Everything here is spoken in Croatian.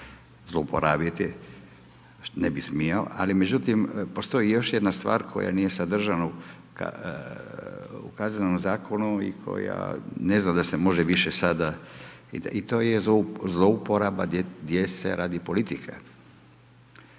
zlouporabiti, ne bih smio. Ali međutim, postoji još jedna stvar koja nije sadržana u Kaznenom zakonu i koja ne znam da se može više sada i to je zlouporaba djece radi politike,